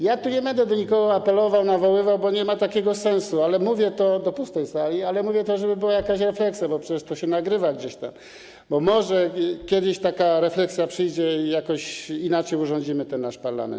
Ja tu nie będę do nikogo apelował, nawoływał, bo nie ma takiego sensu, ale mówię to - do pustej sali - żeby była jakaś refleksja, bo przecież to się nagrywa gdzieś tam, bo może kiedyś taka refleksja przyjdzie i jakoś inaczej urządzimy ten nasz parlament.